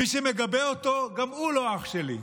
מי שמגבה אותו גם הוא לא אח שלי,